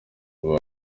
ubu